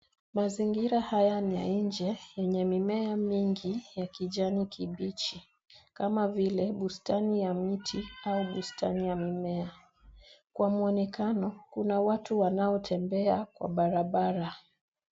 Mazingira haya ni ya nje yenye mimea mingi ya kijani kibichi, kama vile bustani ya miti au bustani ya mimea. Kwa muonekano, kuna watu wanaotembea kwa barabara.